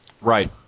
Right